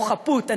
או חפות.